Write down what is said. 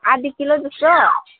आधी किलो जस्तो